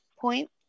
point